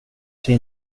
sig